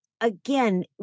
Again